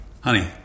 Honey